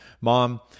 mom